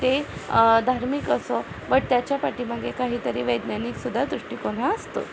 ते धार्मिक असो बट त्याच्यापाठीमागे काहीतरी वैज्ञानिकसुद्धा दृष्टिकोन हा असतो